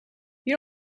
you